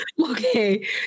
Okay